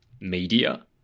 media